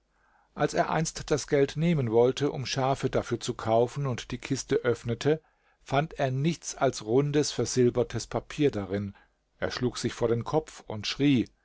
als er einst das geld nehmen wollte um schafe dafür zu kaufen und die kiste öffnete fand er nichts als rundes versilbertes papier darin er schlug sich vor den kopf und schrie